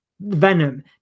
Venom